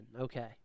Okay